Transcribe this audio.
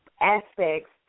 aspects